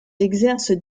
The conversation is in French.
exerce